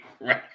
Right